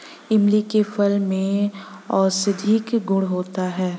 इमली के फल में औषधीय गुण होता है